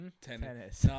Tennis